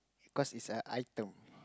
cause it's a item